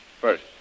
First